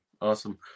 Awesome